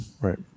right